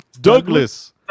Douglas